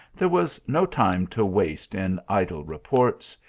there was no time to waste in idle reports,